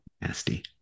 Nasty